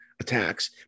attacks